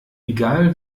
egal